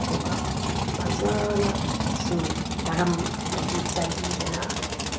ꯑꯗꯨꯒ ꯐꯖꯅ ꯏꯁꯤꯡ ꯗꯔꯝꯗꯨꯗꯒꯤ ꯆꯥꯏꯕꯤꯗꯅ